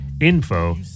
info